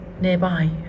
nearby